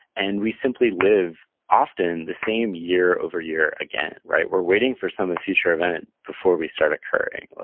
and we simply live, often, the same year over year again, right? we're waiting for some future event before we start occurring,